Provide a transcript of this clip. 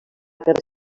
guerra